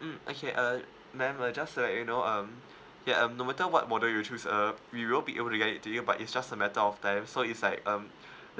mm okay uh madam uh just uh let you know um ya um no matter what model you choose uh we will be able to get it to you but it's just a matter of time so is like um